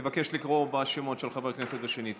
מבקש לקרוא בשמות חברי הכנסת שנית.